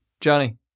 Johnny